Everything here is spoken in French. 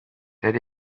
tel